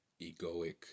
egoic